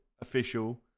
Official